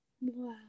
Wow